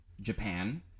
Japan